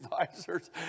advisors